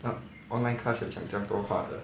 online class 有讲这样多话的